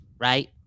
right